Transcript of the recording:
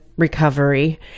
recovery